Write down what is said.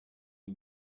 y’u